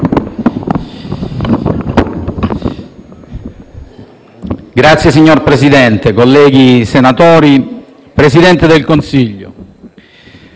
*(PD)*. Signor Presidente, colleghi senatori, Presidente del Consiglio,